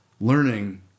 learning